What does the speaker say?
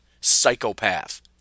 Psychopath